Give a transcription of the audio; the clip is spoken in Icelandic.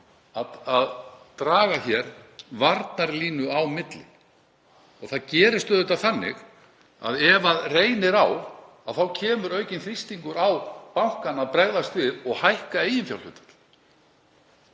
að draga hér varnarlínu á milli. Það gerist auðvitað þannig að ef á reynir þá kemur aukinn þrýstingur á bankana að bregðast við og hækka eiginfjárhlutfall.